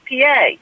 PA